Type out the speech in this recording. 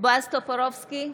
בועז טופורובסקי,